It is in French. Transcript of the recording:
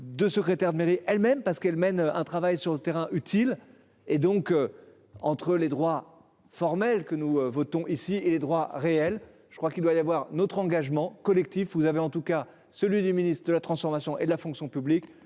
de secrétaire de mairie elles-mêmes parce qu'elle mène un travail sur le terrain utile et donc. Entre les droits formels que nous votons ici et les droits réels. Je crois qu'il doit y avoir notre engagement collectif. Vous avez en tout cas, celui du ministre de la transformation et de la fonction publique